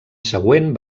següent